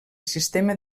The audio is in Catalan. sistema